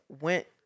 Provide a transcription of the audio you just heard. went